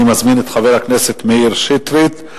אני מזמין את חבר הכנסת מאיר שטרית.